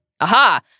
Aha